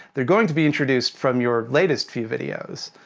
they're going to be introduced from your latest few videos.